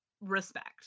respect